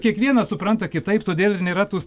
kiekvienas supranta kitaip todėl ir nėra tų